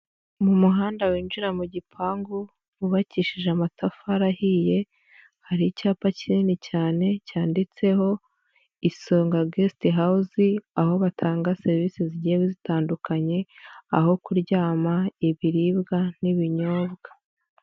Mu muhanda winjira mu gipangu, wubakishije amatafari ahiye, hari icyapa kinini cyane cyanditseho Isonga guest house, aho batanga serivisi zigiye zitandukanye, aho kuryama, ibiribwa n'ibinyobwa.